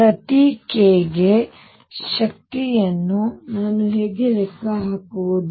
ಪ್ರತಿ k ಗೆ ಶಕ್ತಿಯನ್ನು ನಾನು ಹೇಗೆ ಲೆಕ್ಕ ಹಾಕುವುದು